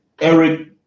Eric